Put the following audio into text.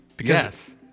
Yes